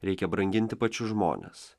reikia branginti pačius žmones